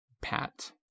Pat